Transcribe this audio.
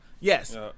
Yes